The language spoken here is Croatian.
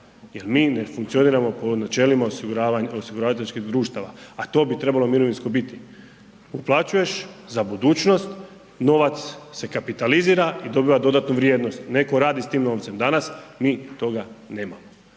jer mi ne funkcioniramo po načelima osiguravajućih društava, a to bi trebalo mirovinsko biti. Uplaćuješ za budućnost novac se kapitalizira i dobiva dodatnu vrijednost. Neko radi s tim novcem. Danas mi toga nemamo.